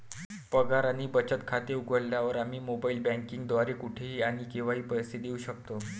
पगार आणि बचत खाते उघडल्यावर, आम्ही मोबाइल बँकिंग द्वारे कुठेही आणि केव्हाही पैसे देऊ शकतो